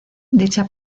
dicha